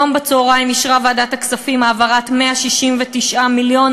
היום בצהריים אישרה ועדת הכספים העברת 169 מיליון